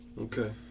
Okay